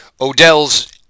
Odell's